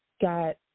got